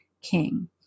King